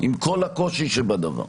עם כל הקושי שבדבר.